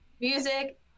music